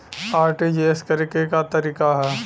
RTGS करे के तरीका का हैं?